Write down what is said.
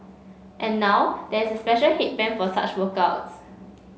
and now there is a special headband for such workouts